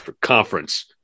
conference